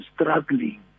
struggling